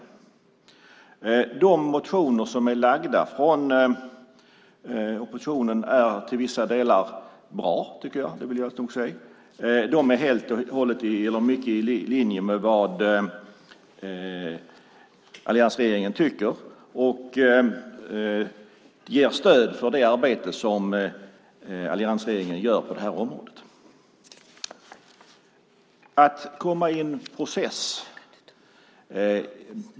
Jag tycker att de motioner som är väckta av oppositionen är bra i vissa delar. De ligger mycket i linje med vad alliansregeringen tycker och ger stöd för alliansregeringens arbete på det här området.